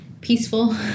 peaceful